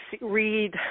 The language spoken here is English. read